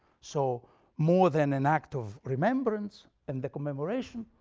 so more than an act of remembrance, and the commemoration,